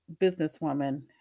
businesswoman